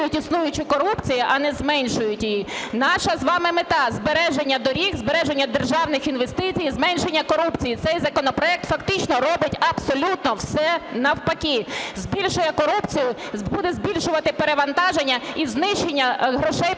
існуючу корупцію, а не зменшують її. Наша з вами мета: збереження доріг, збереження державних інвестицій, зменшення корупції. Цей законопроект фактично робить абсолютно все навпаки: збільшує корупцію, буде збільшувати перевантаження і знищення грошей